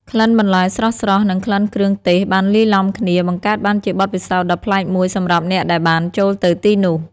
ក្លិនបន្លែស្រស់ៗ និងក្លិនគ្រឿងទេសបានលាយឡំគ្នា បង្កើតបានជាបទពិសោធន៍ដ៏ប្លែកមួយសម្រាប់អ្នកដែលបានចូលទៅទីនោះ។